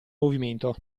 movimento